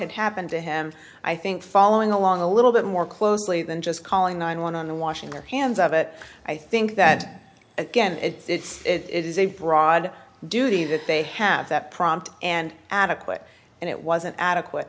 had happened to him i think following along a little bit more closely than just calling nine one on the washing their hands of it i think that again it's it is a broad duty that they have that prompt and adequate and it wasn't adequate